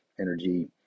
energy